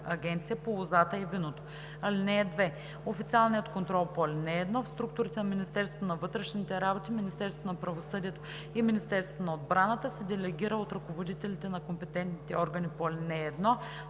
агенция по лозата и виното. (2) Официалният контрол по ал. 1 в структурите на Министерство на вътрешните работи, Министерство на правосъдието и Министерство на отбраната се делегира от ръководителите на компетентните органи по ал. 1